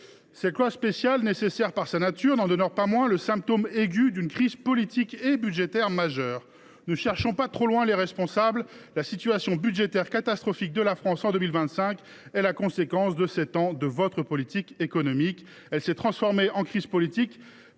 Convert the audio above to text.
Cette loi spéciale, nécessaire par sa nature, n’en demeure pas moins le symptôme aigu d’une crise politique et budgétaire majeure. Ne cherchons pas trop loin les responsables : la situation budgétaire catastrophique de la France en 2025 est la conséquence de sept ans de votre politique économique, messieurs les ministres